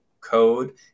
code